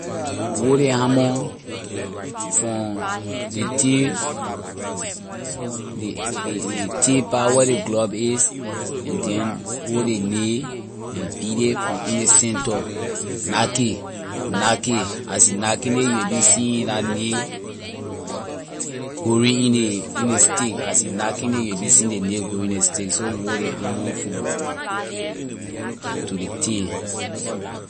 We hold ley hammer for ley tail ley ley ley tail pah where ley glove is and then hold ley nail and beat ley from in ley center knack it knack it as you knacking it you will be see la nail going in ley in ley stick as you knacking it you will seeing ley nail going in ley stick so we hold ley hammer from to ley tail.